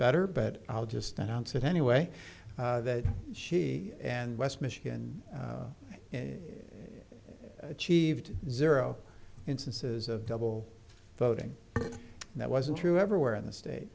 better but i'll just announce it anyway that she and west michigan achieved zero instances of double voting that wasn't true everywhere in the